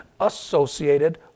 associated